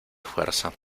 fuerza